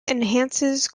enhances